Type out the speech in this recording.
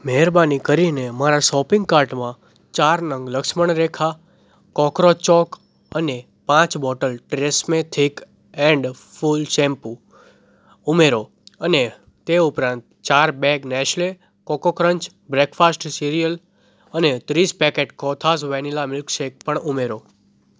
મહેરબાની કરીને મારા સોપિંગ કાર્ટમાં ચાર નંગ લક્ષ્મણ રેખા કોકરોજ ચોક અને પાંચ bottle Tresemme thick and full shampoo ઉમેરો અને તે ઉપરાંત ચાર bag Nestle coco crunch breakfast cereal અને ત્રીસ પેકેટ કોથાસ વેનીલા મિલ્કશેક પણ ઉમેરો